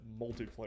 multiplayer